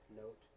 note